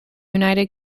united